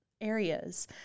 areas